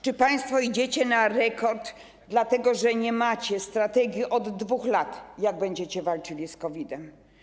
Czy państwo idziecie na rekord, dlatego że nie macie strategii, od 2 lat, jak będziecie walczyli z COVID-em?